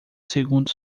segundo